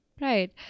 right